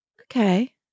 Okay